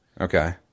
Okay